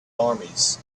armies